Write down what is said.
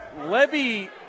Levy